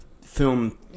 film